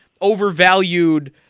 overvalued